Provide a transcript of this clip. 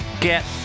get